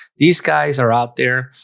these guys are out there